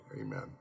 amen